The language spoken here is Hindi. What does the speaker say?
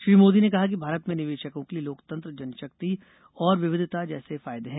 श्री मोदी ने कहा कि भारत में निवेशकों के लिए लोकतंत्र जनशक्ति और विविधता जैसे फायदे हैं